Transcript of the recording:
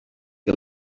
que